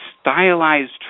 stylized